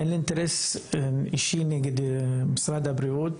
אין לי אינטרס אישי נגד משרד הבריאות.